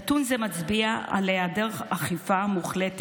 נתון זה מצביע על היעדר אכיפה מוחלט